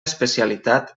especialitat